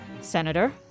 Senator